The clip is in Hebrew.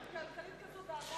מנהיגות כלכלית כזאת ואבדנו.